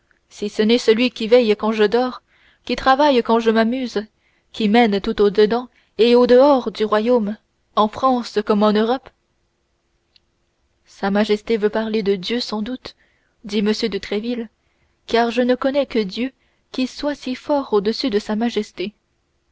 si ce n'est celui qui veille quand je dors qui travaille quand je m'amuse qui mène tout au-dedans et au-dehors du royaume en france comme en europe sa majesté veut parler de dieu sans doute dit m de tréville car je ne connais que dieu qui soit si fort au-dessus de sa majesté